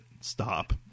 stop